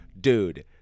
dude